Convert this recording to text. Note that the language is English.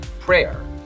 prayer